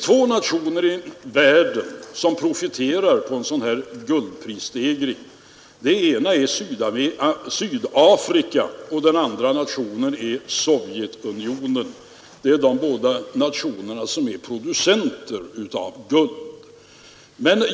Två nationer i världen profiterar på en sådan här guldprisstegring, det är Sydafrika och Sovjetunionen. Dessa båda nationer är producenter av guld.